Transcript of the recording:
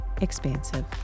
expansive